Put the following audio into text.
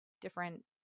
different